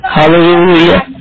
Hallelujah